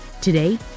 Today